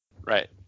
Right